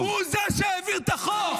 הוא זה שהעביר את החוק.